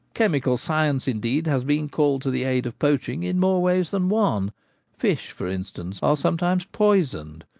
chemi cal science, indeed, has been called to the aid of poaching in more ways than one fish, for instance, are sometimes poisoned,